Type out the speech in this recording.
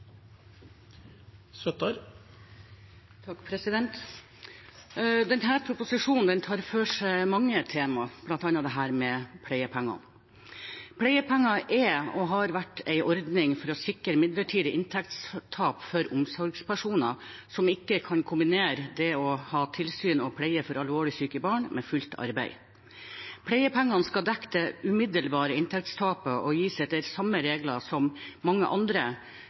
og har vært, en ordning for å sikre midlertidig inntektstap for omsorgspersoner som ikke kan kombinere tilsyn og pleie for alvorlig syke barn med fullt arbeid. Pleiepengene skal dekke det umiddelbare inntektstapet og gis etter samme regler som mange andre